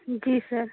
जी sir